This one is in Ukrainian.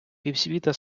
півсвіта